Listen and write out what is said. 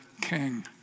king